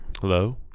hello